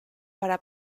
para